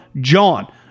JOHN